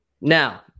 Now